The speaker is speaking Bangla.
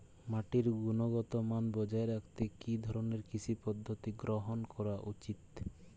মাটির গুনগতমান বজায় রাখতে কি ধরনের কৃষি পদ্ধতি গ্রহন করা উচিৎ?